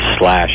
slash